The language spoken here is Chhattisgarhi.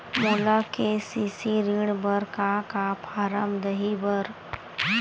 मोला के.सी.सी ऋण बर का का फारम दही बर?